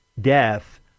death